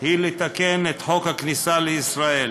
היא לתקן את חוק הכניסה לישראל